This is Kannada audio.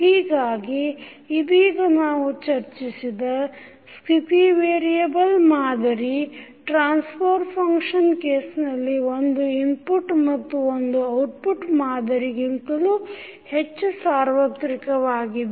ಹೀಗಾಗಿ ಇದೀಗ ನಾವು ಚರ್ಚಿಸಿದ ಸ್ಥಿತಿ ವೇರಿಯೆಬಲ್ ಮಾದರಿ ಟ್ರಾನ್ಸಫರ್ ಫಂಕ್ಷನ್ ಕೇಸ್ನಲ್ಲಿ ಒಂದು ಇನ್ಪುಟ್ ಮತ್ತು ಒಂದು ಔಟ್ಪುಟ್ ಮಾದರಿ single input single output modelಗಿಂತಲೂ ಹೆಚ್ಚು ಸಾರ್ವತ್ರಿಕವಾಗಿದೆ